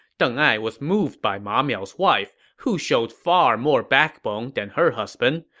deng ai was moved by ma miao's wife, who showed far more backbone than her husband,